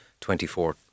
24